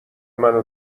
منو